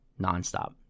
nonstop